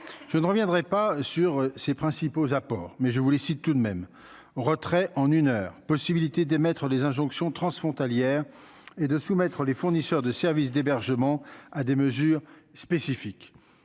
je ne reviendrai pas sur ses principaux apports mais je vous les cite tout de même retrait en une heure, possibilité d'émettre des injonctions transfrontalières et de soumettre les fournisseurs de services d'hébergement à des mesures spécifiques,